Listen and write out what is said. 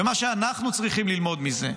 ומה שאנחנו צריכים ללמוד מזה: